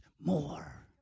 more